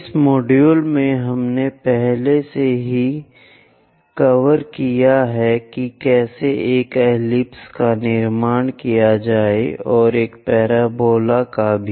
इस मॉड्यूल में हमने पहले से ही कवर किया है कि कैसे एक एलिप्स का निर्माण किया जाए और एक पैराबोला का भी